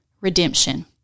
redemption